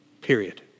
period